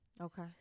Okay